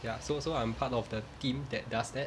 ya so so I'm part of the team that does that